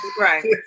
Right